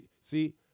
See